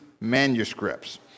manuscripts